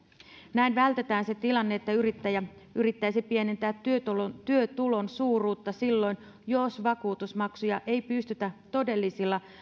näin vältetään se tilanne että yrittäjä yrittäisi pienentää työtulon työtulon suuruutta silloin jos vakuutusmaksuja ei pystytä todellisilla